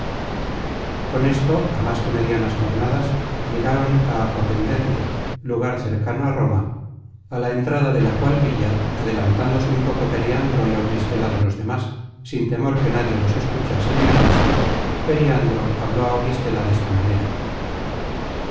con esto á más que medianas jornadas llegaron á acuapendente lugar cercano a roma á la en content from google book search generated at trada de la cual villa adelantándose un poco periandro y auristela de los demas sin temor que nadie los escuchase ni oyese periandro habló á auristela desta manera